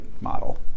model